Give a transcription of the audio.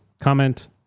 comment